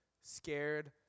scared